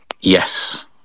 Yes